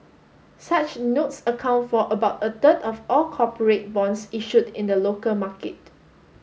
such notes account for about a third of all corporate bonds issued in the look market